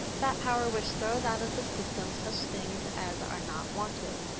that power which throws out of the system such things as are not wanted.